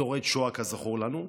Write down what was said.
שורד שואה, כזכור לנו,